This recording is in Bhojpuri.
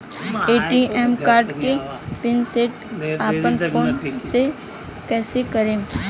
ए.टी.एम कार्ड के पिन सेट अपना फोन से कइसे करेम?